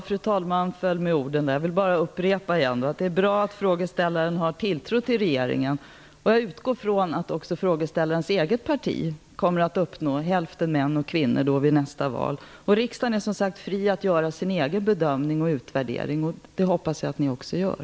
Fru talman lade orden i min mun. Jag vill bara upprepa att det är bra att frågeställaren har tilltro till regeringen. Jag utgår från att också frågeställarens eget parti kommer att uppnå målet hälften män och hälften kvinnor till nästa val. Riksdagen är som sagt fri att göra sin egen bedömning och utvärdering, och det hoppas jag att man också gör.